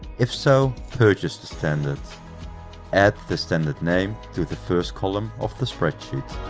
if so purchase the standard add the standard name to the first column of the spreadsheet.